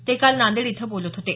ते काल नांदेड इथं बोलत होते